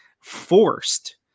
forced